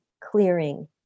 Clearing